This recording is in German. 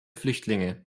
flüchtlinge